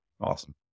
Awesome